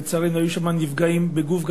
לצערנו היו שם גם נפגעים בגוף,